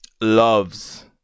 loves